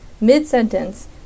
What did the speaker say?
Mid-sentence